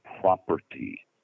property